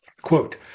quote